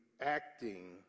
acting